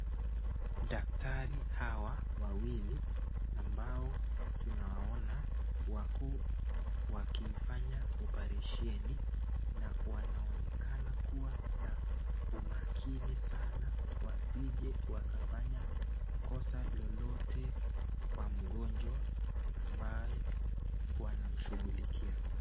Dakitari hawa wawili ambao tunawaona wako wakifanya operesheni na wanaonekana kuwa na umakini sana wasije wakafanya kosa lolote kwa mgonjwa ambaye wanamshughulikia.